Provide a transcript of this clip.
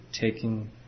Taking